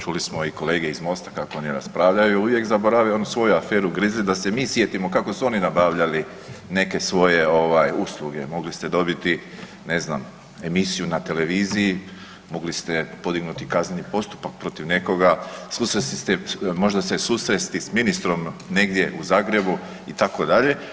Čuli smo i kolege iz MOST-a kako oni raspravljaju, uvijek zaborave onu svoju aferu Grizli da se mi sjetimo kako su oni nabavljali neke svoje ovaj usluge, mogli ste dobiti, ne znam, emisiju na televiziji, mogli ste podignuti kazneni postupak protiv nekoga, susresti se, možda se susresti s ministrom negdje u Zagrebu itd.